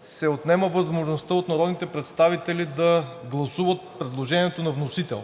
се отнема възможността от народните представители да гласуват предложението на вносител,